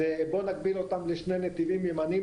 זה בוא נגביל אותם לשני נתיבים ימניים,